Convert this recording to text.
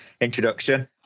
introduction